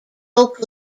oak